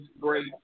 great